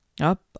Up